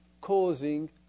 causing